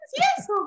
Yes